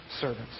servants